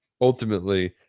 ultimately